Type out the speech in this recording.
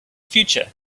future